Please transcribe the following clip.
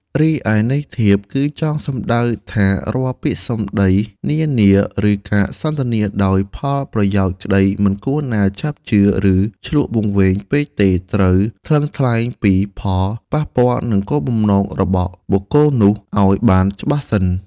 រីឯន័យធៀបគឺចង់សំដៅថា រាល់ពាក្យសម្តីនានា ឬការសន្ទនាដោយផលប្រយោជន៍ក្តីមិនគួរណាឆាប់ជឿឬឈ្លក់វង្វេងពេកទេ ត្រូវ ថ្លឹងថ្លែងពីផលប៉ះពាល់និងគោលបំណងរបស់បុគ្គលនោះឲ្យបានច្បាស់សិន។